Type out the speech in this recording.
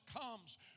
comes